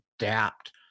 adapt